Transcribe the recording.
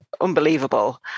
unbelievable